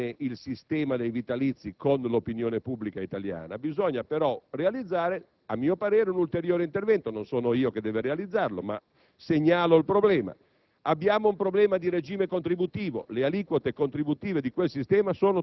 Bisogna però, secondo me, per mettere in relazione bene il sistema dei vitalizi con l'opinione pubblica italiana, realizzare un ulteriore intervento. Non sono io che devo realizzarlo, ma segnalo un problema